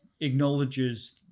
acknowledges